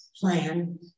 plan